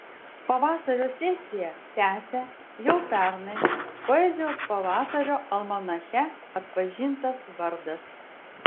pavasario sesiją tęsia jau pernai poezijos pavasario almanache atpažintas vardas